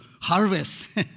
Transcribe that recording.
harvest